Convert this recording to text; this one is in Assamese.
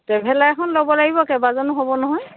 ট্ৰেভেলাৰ এখন ল'ব লাগিব কেইবাজনো হ'ব নহয়